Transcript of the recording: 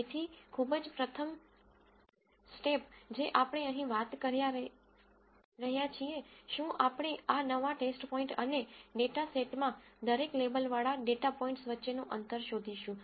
તેથી ખૂબ જ પ્રથમ સ્ટેપ જે આપણે અહીં વાત કરી રહ્યા છીએ શું આપણે આ નવા ટેસ્ટ પોઈન્ટ અને ડેટા સેટમાં દરેક લેબલવાળા ડેટા પોઇન્ટ્સ વચ્ચેનું અંતર શોધીશું